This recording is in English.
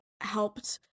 helped